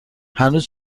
هنوز